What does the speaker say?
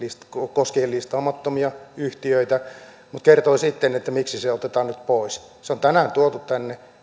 koskien listaamattomia yhtiöitä mutta kertoi sitten miksi se otetaan nyt pois se on tänään tuotu tänne